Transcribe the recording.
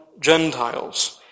Gentiles